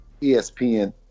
ESPN